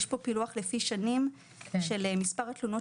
יש פה פילוח לפי שנים של מספר התלונות